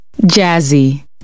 Jazzy